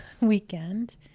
weekend